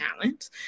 talent